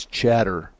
chatter